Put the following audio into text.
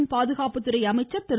நாட்டின் பாதுகாப்புத்துறை அமைச்சர் திரு